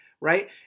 right